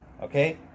Okay